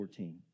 14